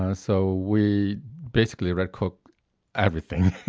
ah so we basically red cook everything